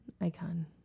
icon